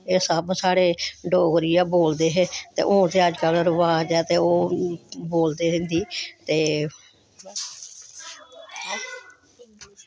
एह् सब साढ़े डोगरी गै बोलदे हे ते हून ते अजकल्ल रवाज ऐ ते ओह् बोलदे हिन्दी ते